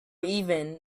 even